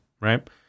right